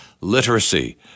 literacy